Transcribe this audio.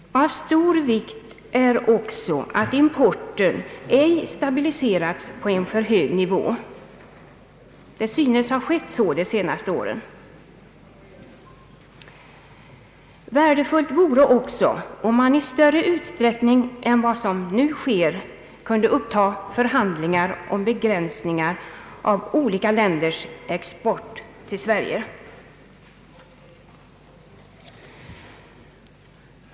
Av stor vikt är även att importen ej stabiliseras på en alltför hög nivå. Så synes ha skett under de senaste åren. Värdefullt vore också om man i större utsträckning än som nu sker kunde uppta förhandlingar om begränsningar av olika länders export till Sverige.